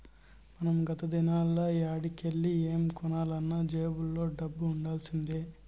మనం గత దినాల్ల యాడికెల్లి ఏం కొనాలన్నా జేబుల్ల దుడ్డ ఉండాల్సొచ్చేది